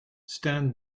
stand